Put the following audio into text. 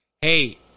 Hey